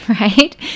right